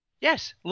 Yes